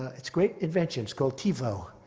it's great invention it's called tivo,